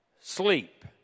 Sleep